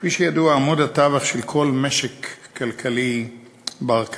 כפי שידוע, עמוד התווך של כל משק כלכלי בר-קיימא